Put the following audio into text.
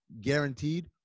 guaranteed